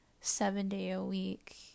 seven-day-a-week